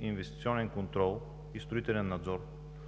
инвестиционен контрол и строителен надзор,